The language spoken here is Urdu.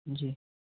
جی